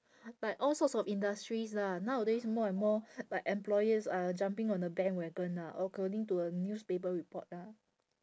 like all sorts of industries lah nowadays more and more like employers are jumping on the bandwagon lah according to a newspaper report lah